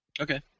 Okay